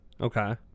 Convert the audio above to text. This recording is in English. okay